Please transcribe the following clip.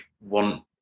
want